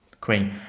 Queen